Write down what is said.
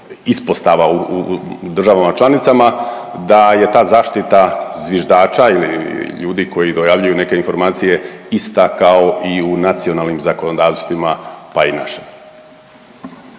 ispostava u državama članicama da je ta zaštita zviždača ili ljudi koji dojavljuju neke informacije ista kao i u nacionalnim zakonodavstvima, pa i našem.